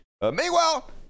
Meanwhile